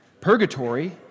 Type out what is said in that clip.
Purgatory